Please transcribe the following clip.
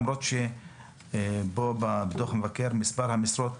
למרות שפה בדוח מבקר המדינה מספר המשרות